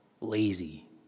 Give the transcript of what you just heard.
lazy